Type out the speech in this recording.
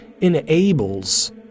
enables